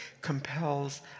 compels